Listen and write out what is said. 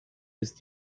ist